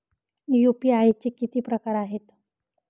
UPI चे किती प्रकार आहेत?